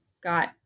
got